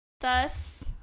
Thus